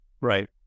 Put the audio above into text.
right